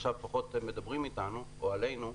עכשיו לפחות מדברים אתנו או עלינו.